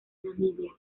namibia